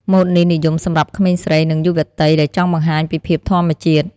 ម៉ូតនេះនិយមសម្រាប់ក្មេងស្រី និងយុវតីដែលចង់បង្ហាញពីភាពធម្មជាតិ។